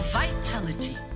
vitality